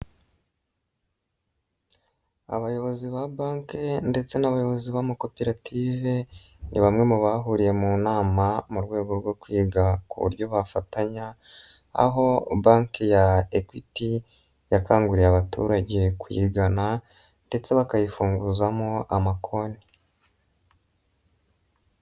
Abayobozi ba banki ndetse n'abayobozi b'amakoperative, ni bamwe mu bahuriye mu nama mu rwego rwo kwiga ku buryo bafatanya, aho banki ya ect yakanguriye abaturage kuyigana ndetse bakayifunguzamo amakonnti.